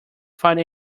find